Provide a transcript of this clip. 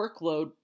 workload